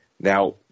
Now